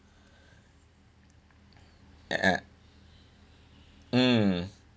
a'ah mm